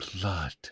blood